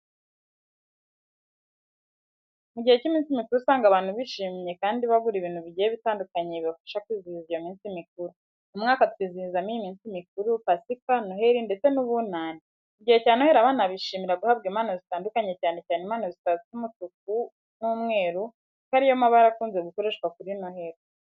Mu gihe cy'iminsi mikuru usanga abantu bishimye kandi bagura ibintu bigiye bitandukanye bibafasha kwizihiza iyo minsi mikuru. Mu mwaka twizihizamo iyi minsi mikuru, pasika, noheri ndetse n'ubunani, mugihe cya noheri abana bishimira guhabwa impano zitandukanye cyane cyane impano zitatse umutuku n'umweru kuko ari yo mabara akunze gukoreshwa kuri noheri.